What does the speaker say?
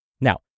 Now